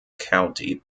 county